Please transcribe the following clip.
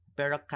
Pero